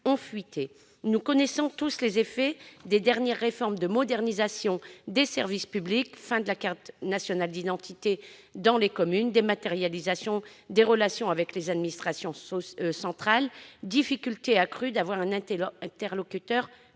Nous connaissons tous les effets des dernières réformes de modernisation des services publics : fin de la délivrance de la carte nationale d'identité dans les communes, dématérialisation des relations avec les administrations centrales, difficultés accrues d'avoir un interlocuteur physique.